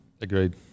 Agreed